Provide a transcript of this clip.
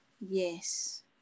yes